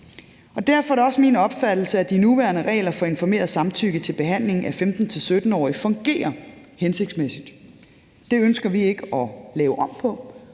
Derfor er det også min opfattelse, at de nuværende regler for informeret samtykke til behandlingen af 15-17-årige fungerer hensigtsmæssigt. Det ønsker vi ikke at lave om på,